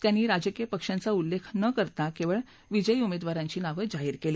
त्यांनी राजकीय पक्षांचा उल्लेख न करता केवळ विजयी उमेदवारांची नावं जाहीर केली